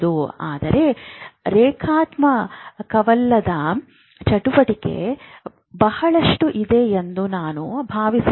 ಆದರೆ ರೇಖಾತ್ಮಕವಲ್ಲದ ಚಟುವಟಿಕೆ ಬಹಳಷ್ಟು ಇದೆ ಎಂದು ನಾನು ಭಾವಿಸುತ್ತೇನೆ